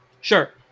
sure